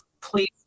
Please